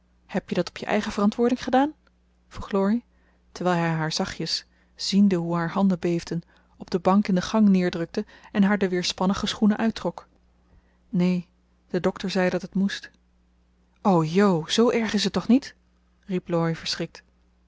heb je dat op je eigen verantwoording gedaan vroeg laurie terwijl hij haar zachtjes ziende hoe haar handen beefden op de bank in de gang neerdrukte en haar de weerspannige schoenen uittrok neen de dokter zei dat het moest o jo zoo erg is het toch niet